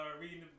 reading